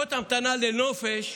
רשימות המתנה לנופש,